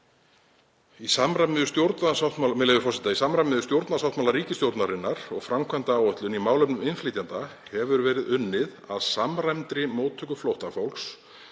„Í samræmi við stjórnarsáttmála ríkisstjórnarinnar og framkvæmdaáætlun í málefnum innflytjenda hefur verið unnið að samræmdri móttöku flóttafólks,